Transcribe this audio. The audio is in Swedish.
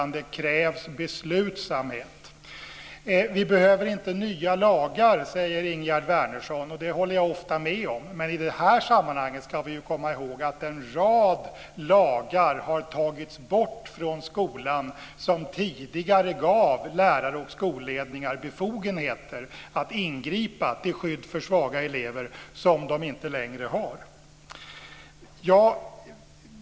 Det krävs beslutsamhet. Ingegerd Wärnersson säger att vi inte behöver nya lagar. Det håller jag ofta med om. Men i det här sammanhanget ska vi ju komma ihåg att en rad lagar har tagits bort från skolan. Dessa lagar gav tidigare lärare och skolledningar befogenheter som de inte längre har att ingripa till skydd för svaga elever.